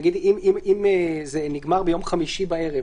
נניח אם זה נגמר ביום חמישי בערב,